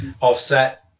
offset